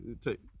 Take